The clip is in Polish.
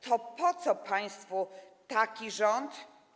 To po co państwu taki rząd?